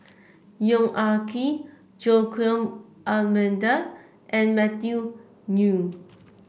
Yong Ah Kee Joaquim D'Almeida and Matthew Ngui